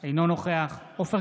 אינו נוכח עופר